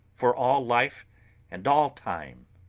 for all life and all time.